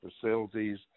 facilities